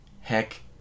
Heck